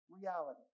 reality